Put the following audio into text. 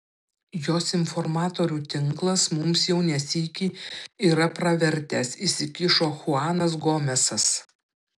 jos informatorių tinklas mums jau ne sykį yra pravertęs įsikišo chuanas gomesas